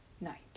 night